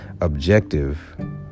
objective